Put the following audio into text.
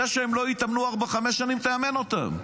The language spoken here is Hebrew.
זה שהם לא התאמנו ארבע, חמש שנים, תאמן אותם.